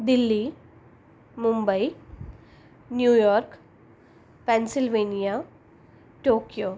Delhi Mumbai New York Pennsylvania Tokyo